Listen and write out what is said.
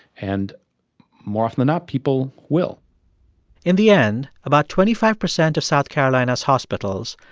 and more often than not, people will in the end, about twenty five percent of south carolina's hospitals,